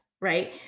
Right